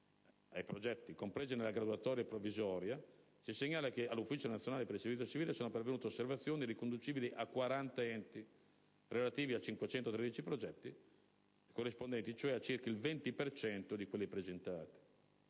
ai progetti compresi nella graduatoria provvisoria, si segnala che all'Ufficio nazionale per il servizio civile sono pervenute osservazioni riconducibile a 40 enti, relative a 513 progetti, corrispondenti a circa il 20 per cento di quelli presentati.